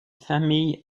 famille